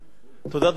אדוני היושב-ראש,